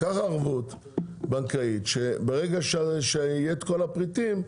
קח ערבות בנקאית וברגע שיהיו כל הפריטים,